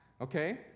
okay